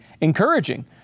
encouraging